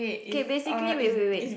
okay basically wait wait wait